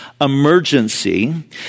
emergency